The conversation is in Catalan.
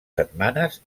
setmanes